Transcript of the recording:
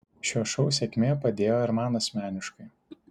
šio šou sėkmė padėjo ir man asmeniškai